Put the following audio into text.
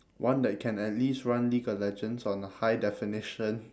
one that can at least run league of legends on a high definition